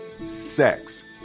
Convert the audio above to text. Sex